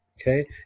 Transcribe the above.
Okay